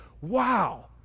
wow